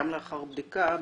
גם לאחר בדיקה,